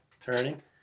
turning